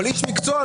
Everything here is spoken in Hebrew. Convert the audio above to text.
אבל איש מקצוע,